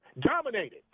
Dominated